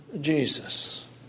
Jesus